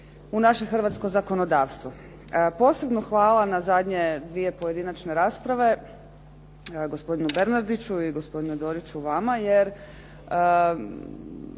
u naše hrvatsko zakonodavstvo. Posebno hvala na zadnje dvije pojedinačne rasprave, gospodinu Bernardiću i gospodinu Doriću vama jer